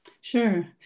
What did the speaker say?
Sure